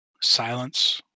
Silence